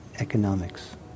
economics